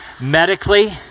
medically